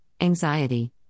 anxiety